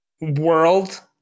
world